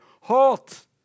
Halt